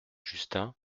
justin